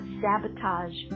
sabotage